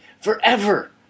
forever